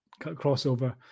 crossover